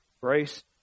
grace